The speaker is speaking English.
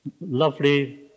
lovely